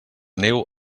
neu